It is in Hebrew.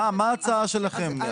מה ההצעה שלכם?